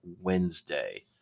Wednesday